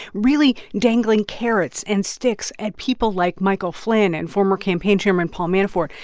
really dangling carrots and sticks at people like michael flynn and former campaign chairman paul manafort.